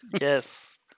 Yes